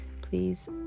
please